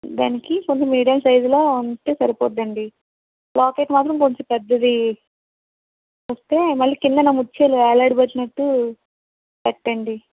దానికి కొంచం మీడియం సైజులో ఉంటే సరిపొద్దండి లాకెట్ మాత్రం కొంచం పెద్దది వస్తే మళ్ళి కిందన ముత్యాలు వేలాడబెట్టినట్టు పెట్టండి